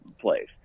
place